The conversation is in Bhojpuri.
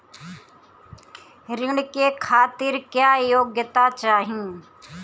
ऋण के खातिर क्या योग्यता चाहीं?